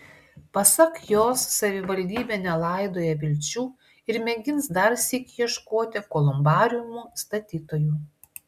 pasak jos savivaldybė nelaidoja vilčių ir mėgins dar sykį ieškoti kolumbariumų statytojų